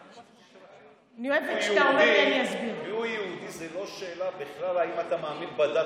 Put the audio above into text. ברשותך: השאלה מי הוא יהודי זו לא שאלה בכלל אם אתה מאמין בדת,